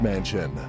Mansion